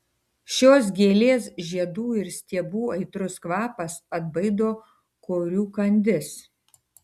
šios gėlės žiedų ir stiebų aitrus kvapas atbaido korių kandis